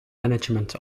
management